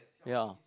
ya